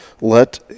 let